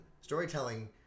storytelling